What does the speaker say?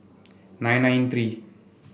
nine nine three